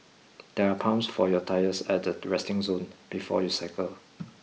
there are pumps for your tyres at the resting zone before you cycle